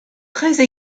treize